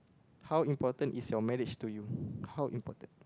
how important is your marriage to you how important